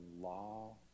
law